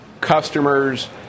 customers